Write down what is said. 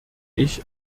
ich